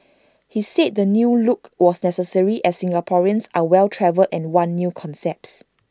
he says the new look was necessary as Singaporeans are well travelled and want new concepts